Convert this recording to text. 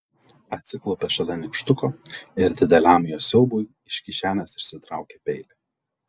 atsiklaupė šalia nykštuko ir dideliam jo siaubui iš kišenės išsitraukė peilį